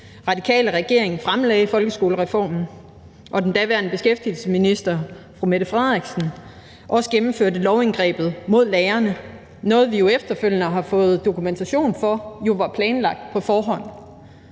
SRSF-regering fremlagde folkeskolereformen, og da den daværende beskæftigelsesminister, den nuværende statsminister, også gennemførte lovindgrebet mod lærerne – noget, vi efterfølgende har fået dokumentation for var planlagt på forhånd